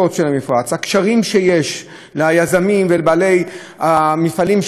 הקשרים שיש ליזמים ולבעלי המפעלים שם עם ראש העיר,